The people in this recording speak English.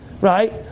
Right